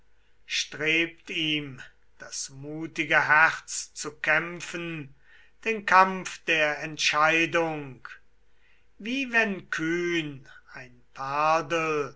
strebt ihm das mutige herz zu kämpfen den kampf der entscheidung wie wenn kühn ein pardel